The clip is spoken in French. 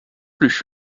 plus